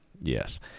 Yes